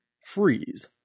freeze